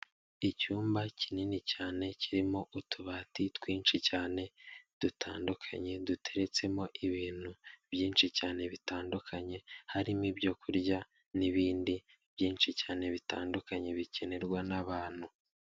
Icyumba kinini cyane kirimo utubati twinshi cyane dutandukanye, duteretsemo ibintu byinshi cyane bitandukanye harimo ibyo kurya n'ibindi byinshi cyane bitandukanye bikenerwa n'abantu.